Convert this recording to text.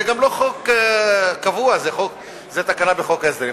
זה גם לא חוק קבוע, זה תקנה בחוק ההסדרים.